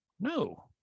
No